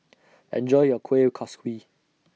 Enjoy your Kueh Kaswi